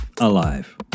alive